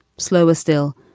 slower, still,